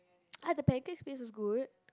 ah the pancakes place is good